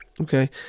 okay